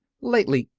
lately,